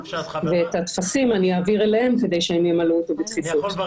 ואת הטפסים אעביר אליהם כדי שהם ימלאו אותם בדחיפות.